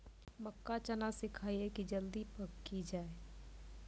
मक्का चना सिखाइए कि जल्दी पक की जय?